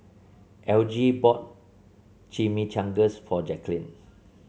Elgie bought Chimichangas for Jacklyn